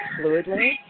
fluidly